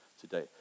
today